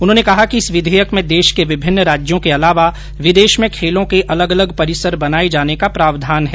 उन्होंने कहा कि इस विधेयक में देश के विभिन्न राज्यों के अलावा विदेश में खेलों के अलग अलग परिसर बनाये जाने का प्रावधान है